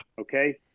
Okay